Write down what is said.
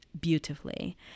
beautifully